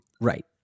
Right